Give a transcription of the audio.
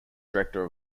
director